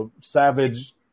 savage